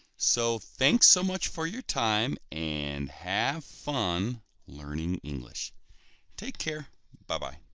so thanks so much for your time and have fun learning english take care bye bye